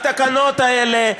התקנות האלה,